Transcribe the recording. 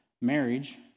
marriage